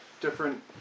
different